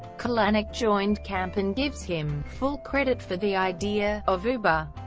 kalanick joined camp and gives him full credit for the idea of uber.